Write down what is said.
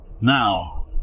Now